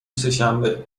سهشنبه